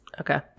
Okay